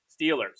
Steelers